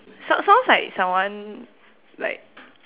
sound sounds like someone like